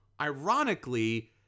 ironically